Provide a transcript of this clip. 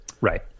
Right